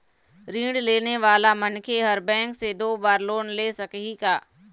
ऋण लेने वाला मनखे हर बैंक से दो बार लोन ले सकही का?